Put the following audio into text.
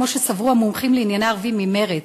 כמו שסברו המומחים לענייני ערבים ממרצ,